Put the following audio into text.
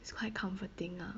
it's quite comforting ah